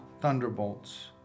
thunderbolts